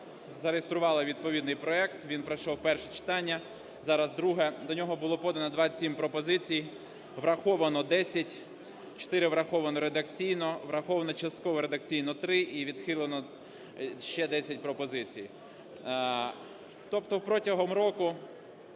зареєстрували відповідний проект. Він пройшов перше читання. Зараз друге. До нього було подано 27 пропозицій. Враховано 10, 4 враховано редакційно, враховано частково редакційно 3 і відхилено ще 10 пропозицій. Тобто протягом року